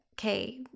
Okay